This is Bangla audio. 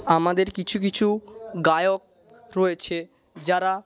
আমাদের কিছু কিছু গায়ক রয়েছে যারা